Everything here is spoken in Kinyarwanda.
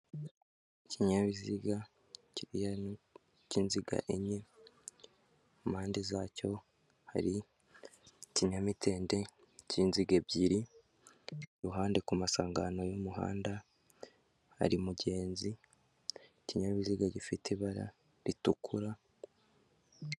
Ikinyabiziga cy'inziga enye, ku mpande zacyo hari ikinyamitende cy'inziga ebyiri, iruhande ku masangano y'umuhanda hari umugenzi, ikinyabiziga gifite ibara ritukura